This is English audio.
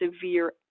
severe